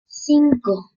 cinco